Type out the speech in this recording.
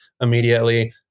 immediately